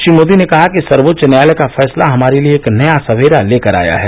श्री मोदी ने कहा कि सर्वोच्च न्यायालय का फैंसला हमारे लिए एक नया सवेरा लेकर आया है